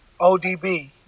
ODB